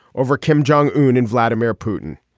over kim jong un and vladimir putin.